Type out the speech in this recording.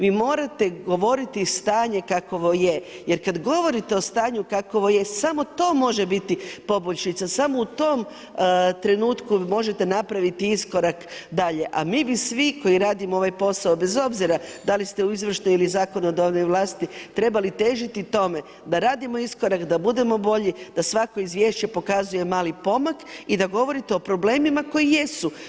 Vi morate govoriti stanje kakvo je jer kad govorite o stanju kakvo je, samo to može biti poboljšica, samo u tom trenutku možete napraviti iskorak dalje, a mi bi svi koji radimo ovaj posao bez obzira da li ste u izvršnoj ili zakonodavnoj vlasti, trebali težiti tome da radimo iskorak, da budemo bolji, da svako izvješće pokazuje mali pomak i da govorite o problemima koji jesu.